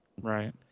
right